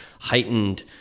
heightened